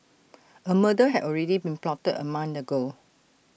A murder had already been plotted A month ago